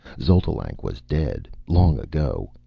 xotalanc was dead, long ago,